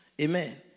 Amen